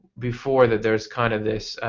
before that there is kind of this.